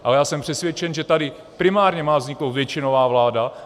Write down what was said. Ale já jsem přesvědčen, že tady má primárně vzniknout většinová vláda.